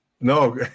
No